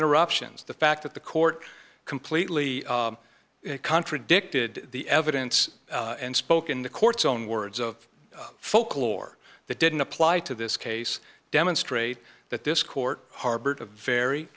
interruptions the fact that the court completely contradicted the evidence and spoke in the court's own words of folklore that didn't apply to this case demonstrate that this court harbored a very